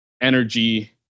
energy